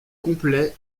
complet